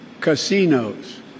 casinos